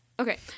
Okay